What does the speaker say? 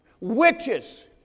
Witches